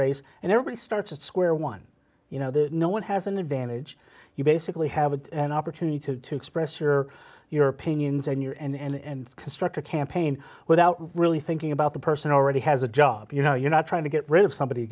race and everybody starts at square one you know the no one has an advantage you basically have an opportunity to express your your opinions and your and construct a campaign without really thinking about the person already has a job you know you're not trying to get rid of somebody